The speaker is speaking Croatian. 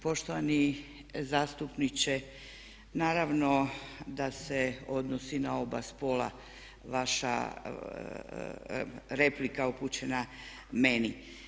Poštovani zastupniče, naravno da se odnosi na oba spola vaša replika upućena meni.